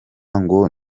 ngo